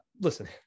listen